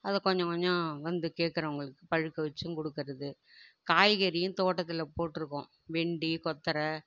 அதை கொஞ்சம் கொஞ்சம் வந்து கேட்குறவங்களுக்கு பழுக்க வச்சும் கொடுக்குறது காய்கறியும் தோட்டத்தில் போட்டிருக்கோம் வெண்டை கொத்தவர